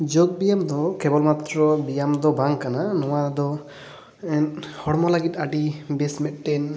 ᱡᱳᱜᱽ ᱵᱮᱭᱟᱢ ᱫᱚ ᱠᱮᱵᱚᱞ ᱢᱟᱛᱨᱚ ᱵᱮᱭᱟᱢ ᱫᱚ ᱵᱟᱝ ᱠᱟᱱᱟ ᱱᱚᱣᱟ ᱫᱚ ᱦᱚᱲᱢᱚ ᱞᱟᱹᱜᱤᱫ ᱟᱹᱰᱤ ᱵᱮᱥ ᱢᱤᱫᱴᱮᱱ